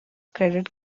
credit